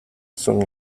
son